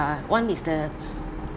uh one is the